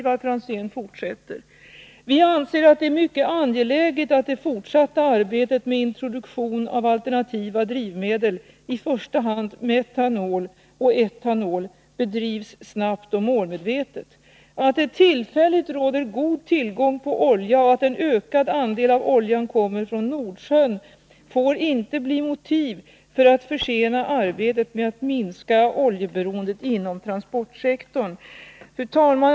”Vi anser att det är mycket angeläget att det fortsatta arbetet med introduktion av alternativa drivmedel — i första hand metanol och etanol — bedrivs snabbt och målmedvetet. Att det tillfälligt råder god tillgång på olja och att en ökad andel av oljan kommer från Nordsjön får inte bli motiv för att försena arbetet med att minska oljeberoendet inom transportsektorn.” Fru talman!